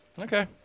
Okay